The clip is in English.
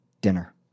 dinner